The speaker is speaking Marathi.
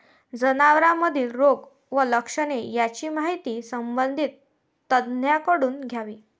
जनावरांमधील रोग व लक्षणे यांची माहिती संबंधित तज्ज्ञांकडून घ्यावी